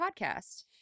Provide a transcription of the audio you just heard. podcast